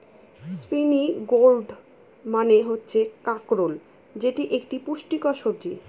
spiny gourd মানে হচ্ছে কাঁকরোল যেটি একটি পুষ্টিকর সবজি